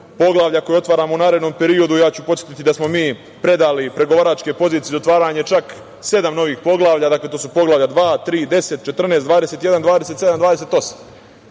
poglavlja koje otvaramo u narednom periodu. Ja ću podsetiti da smo mi predali pregovaračke pozicije za otvaranje čak sedam novih poglavlja – Poglavlja 2, 3, 10, 14, 21, 27, 28.